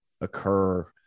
occur